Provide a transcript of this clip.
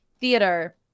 theater